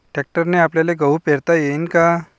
ट्रॅक्टरने आपल्याले गहू पेरता येईन का?